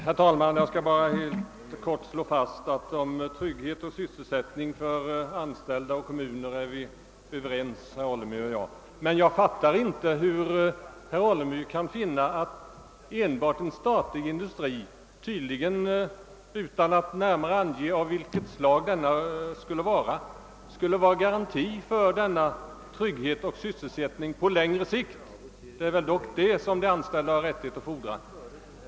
Herr talman! Jag vill bara helt kort slå fast att om angelägenheten av trygghet och sysselsättning för de anställda och om behovet av att tillgodose kommunernas intressen härvidlag är herr Alemyr och jag överens. Men jag fattar inte hur herr Alemyr kan finna att endast en statlig industri — tydligen av inte närmare angivet slag — skulle utgöra garanti för trygghet och sysselsättning på längre sikt, vilket de anställda har rätt att fordra.